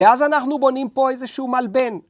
ואז אנחנו בונים פה איזה שהוא מלבן.